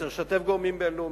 צריך לשתף גורמים בין-לאומיים.